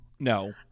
No